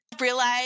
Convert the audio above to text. realize